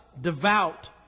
devout